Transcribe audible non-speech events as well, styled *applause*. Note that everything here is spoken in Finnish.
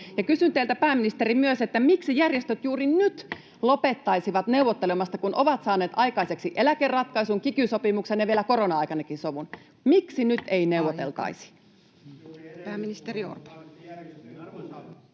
Kysyn teiltä, pääministeri, myös: miksi järjestöt juuri nyt *noise* lopettaisivat neuvottelemisen, kun ovat saaneet aikaiseksi eläkeratkaisun, kiky-sopimuksen ja vielä korona-aikanakin sovun? Miksi nyt ei neuvoteltaisi?